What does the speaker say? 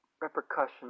repercussions